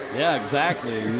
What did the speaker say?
yeah, exactly.